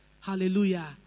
Hallelujah